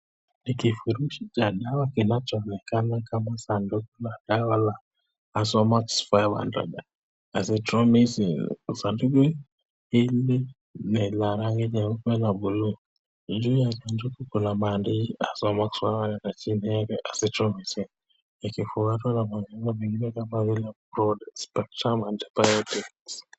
Ni kifurushi cha dawa kinachoonekana kama sanduku la dawa la zaomax 500 azithromycin , sanduku hili ni la rangi nyeupe na blue, juu ya sanduku kuna maadishi azithromycin ikifwatwa na majina amengine kama vile antibiotics .